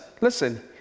listen